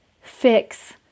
fix